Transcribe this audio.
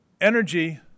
Energy